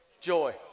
joy